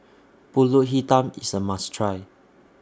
Pulut Hitam IS A must Try